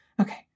Okay